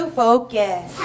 focus